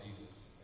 Jesus